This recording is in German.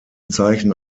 zeichen